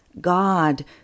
God